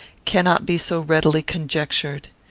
cannot be so readily conjectured.